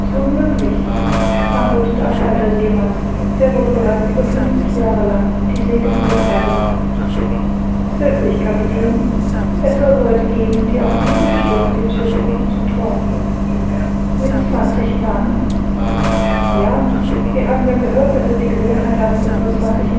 unmöglich antwortete ein alter seemann der wohl bereits über fünfzig jahre lang die see gepflügt hatte wirklich kapitän es soll leute geben die auch dieses stück dem surcouf zutrauen mit zwanzig mann ja wir haben ja gehört daß er die gewohnheit hat nur